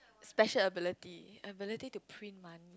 special ability